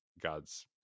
God's